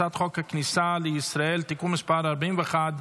הצעת חוק הכניסה לישראל (תיקון מס' 41)